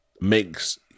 makes